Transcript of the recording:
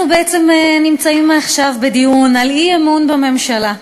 אנחנו בעצם נמצאים עכשיו בדיון על אי-אמון בממשלה.